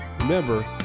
remember